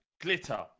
Glitter